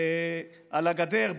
על הגדר,